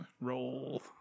Roll